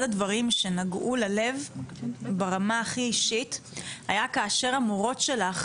אחד הדברים שנגעו ללב ברמה הכי אישית היה כאשר המורות שלך